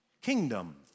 kingdom